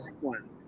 one